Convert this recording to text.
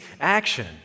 action